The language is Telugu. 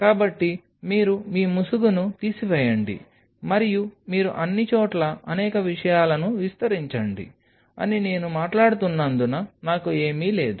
కాబట్టి మీరు మీ ముసుగును తీసివేయండి మరియు మీరు అన్ని చోట్లా అనేక విషయాలను విస్తరించండి అని నేను మాట్లాడుతున్నందున నాకు ఏమీ లేదు